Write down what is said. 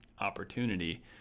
opportunity